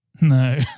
No